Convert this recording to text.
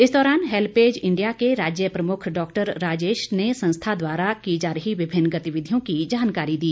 इस दौरान HelpAge India के राज्य प्रमुख डॉक्टर राजेश ने संस्था द्वारा की जा रही विभिन्न गतिविधियों की जानकारी दी